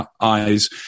eyes